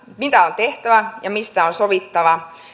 mitä on tehtävä ja mistä on sovittava